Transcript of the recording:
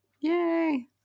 Yay